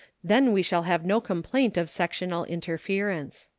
then we shall have no complaint of sectional interference.